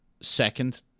second